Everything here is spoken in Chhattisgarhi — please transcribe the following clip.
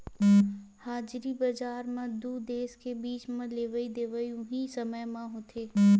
हाजिरी बजार म दू देस के बीच म लेवई देवई उहीं समे म होथे